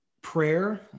prayer